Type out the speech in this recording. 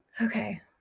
Okay